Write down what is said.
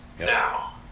Now